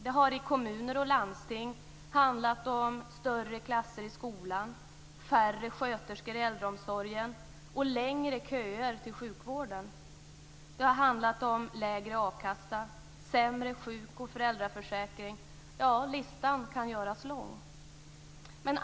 Det har i kommuner och landsting handlat om större klasser i skolan, färre sköterskor i äldreomsorgen och längre köer till sjukvården. Det har handlat om lägre a-kassa, sämre sjuk och föräldraförsäkring. Ja, listan kan göras lång.